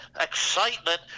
Excitement